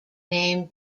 name